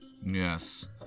Yes